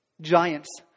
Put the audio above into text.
Giants